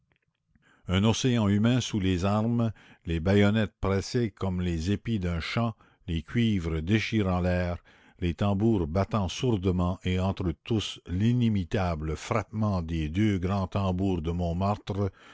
un océan humain sous les armes les baïonnettes pressées comme les épis d'un champ les cuivres déchirant l'air les tambours battant sourdement et entre tous l'inimitable frappement des deux grands tambours de montmartre